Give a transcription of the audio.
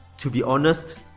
to be honest,